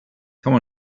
come